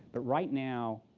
but right now,